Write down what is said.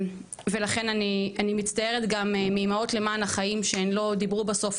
ולכן אני גם מצטערת מ"אימהות למען החיים" שהן לא דיברו בסוף,